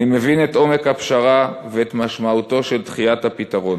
אני מבין את עומק הפשרה ואת משמעותה של דחיית הפתרון.